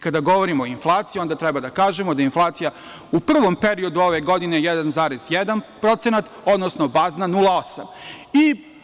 Kada govorimo o inflaciji, onda treba da kažemo da inflacija u prvom periodu ove godine 1,1%, odnosno bazna 0,8%